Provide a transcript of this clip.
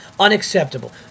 unacceptable